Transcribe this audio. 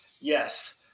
yes